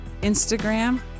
Instagram